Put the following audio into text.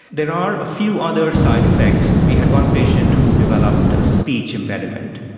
there are a few other side-effects. we had one patient who developed a speech impediment,